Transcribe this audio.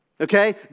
Okay